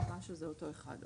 אני מקווה שזה אותו אחד.